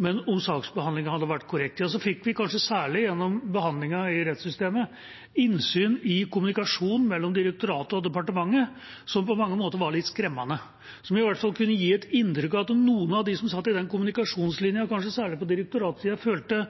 men om saksbehandlingen hadde vært korrekt – var at vi fikk, kanskje særlig gjennom behandlingen i rettssystemet, innsyn i kommunikasjonen mellom direktoratet og departementet, som på mange måter var litt skremmende. Den kunne i hvert fall gi et inntrykk av at noen av dem som satt i den kommunikasjonslinja, kanskje særlig på direktoratsida, følte